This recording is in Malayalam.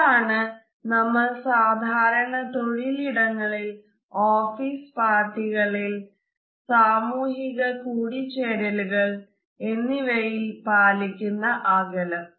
ഇതാണ് നമ്മൾ സാധാരണ തൊഴിൽ ഇടങ്ങളിൽ ഓഫീസിൽ പാർട്ടികളിൽ സാമൂഹിക കൂടിച്ചേരലുകൾ എന്നിവിടങ്ങളിൽ പാലിക്കുന്ന അകലം